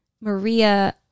Maria